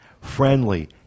friendly